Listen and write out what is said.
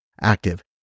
active